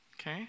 Okay